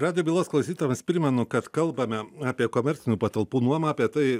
radijo bylos klausytojams primenu kad kalbame apie komercinių patalpų nuomą apie tai